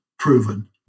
proven